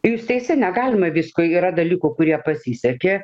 jūs teisi negalima visko yra dalykų kurie pasisekė